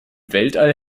weltall